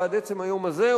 ועד עצם היום הזה,